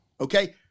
okay –